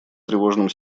тревожным